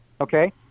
Okay